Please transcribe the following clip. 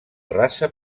raça